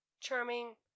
charming